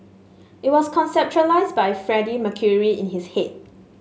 it was conceptualised by Freddie Mercury in his head